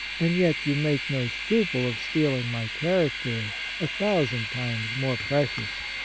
and yet you make no scruple of stealing my character, a thousand times more precious.